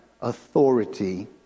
authority